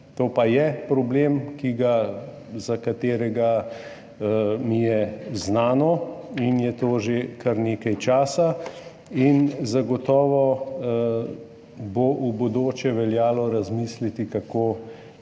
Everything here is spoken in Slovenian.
to pa je problem, ki mi je znan, to je že kar nekaj časa in zagotovo bo v bodoče veljalo razmisliti, kako